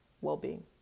well-being